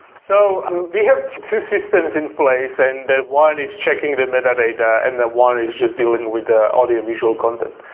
so we have two systems in place and that one is checking the meta data and that one is just dealing with the audio visual content.